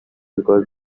because